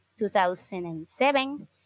2007